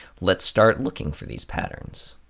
let's start looking for these patterns.